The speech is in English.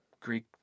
Greek